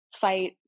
fight